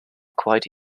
quite